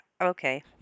Okay